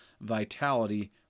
Vitality